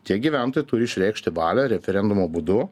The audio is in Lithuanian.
tie gyventojai turi išreikšti valią referendumo būdu